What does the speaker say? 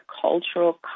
cultural